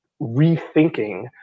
rethinking